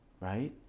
right